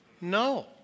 No